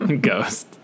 Ghost